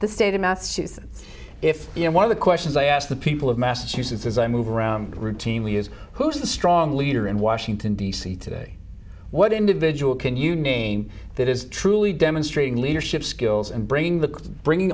the state of massachusetts if you know one of the questions i ask the people of massachusetts as i move around routinely is who's the strong leader in washington d c today what individual can you name that is truly demonstrating leadership skills and bringing the bringing